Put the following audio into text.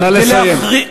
נא לסיים.